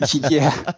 ah so yeah, ah